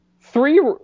Three